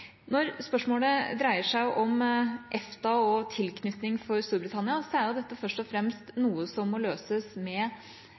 Når spørsmålet dreier seg om EFTA og tilknytning for Storbritannia, er dette først og fremst